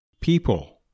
People